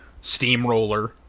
steamroller